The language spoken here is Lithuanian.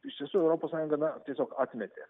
iš tiesų europos sąjunga na tiesiog atmetė